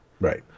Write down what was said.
right